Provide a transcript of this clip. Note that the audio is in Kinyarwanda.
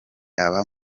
aba